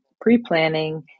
pre-planning